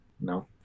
No